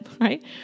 right